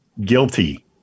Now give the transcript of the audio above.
guilty